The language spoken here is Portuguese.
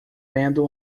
vendo